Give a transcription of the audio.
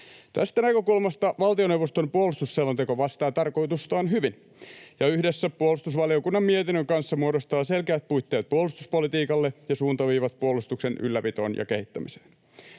Tästä näkökulmasta valtioneuvoston puolustusselonteko vastaa tarkoitustaan hyvin ja yhdessä puolustusvaliokunnan mietinnön kanssa muodostaa selkeät puitteet puolustuspolitiikalle ja suuntaviivat puolustuksen ylläpitoon ja kehittämiseen.